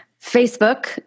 Facebook